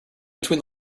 between